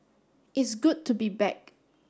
it's good to be back